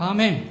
Amen